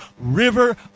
river